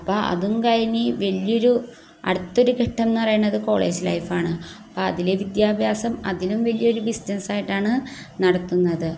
അപ്പം അതും കഴിഞ്ഞ് വലിയൊരു അടുത്തൊരു ഘട്ടമെന്ന് പറയണത് കോളേജ് ലൈഫാണ് അപ്പം അതിൽ വിദ്യാഭ്യാസം അതിലും വലിയൊരു ബിസിനസ്സായിട്ടാണ് നടത്തുന്നത്